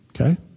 Okay